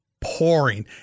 pouring